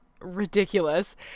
ridiculous